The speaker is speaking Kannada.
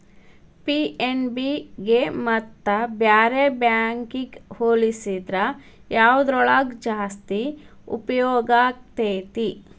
ಪಿ.ಎನ್.ಬಿ ಗೆ ಮತ್ತ ಬ್ಯಾರೆ ಬ್ಯಾಂಕಿಗ್ ಹೊಲ್ಸಿದ್ರ ಯವ್ದ್ರೊಳಗ್ ಜಾಸ್ತಿ ಉಪ್ಯೊಗಾಕ್ಕೇತಿ?